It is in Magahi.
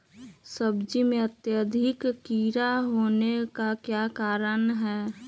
सब्जी में अत्यधिक कीड़ा होने का क्या कारण हैं?